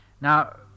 Now